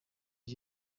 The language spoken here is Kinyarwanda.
ari